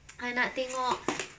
I nak tengok